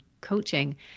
coaching